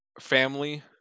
family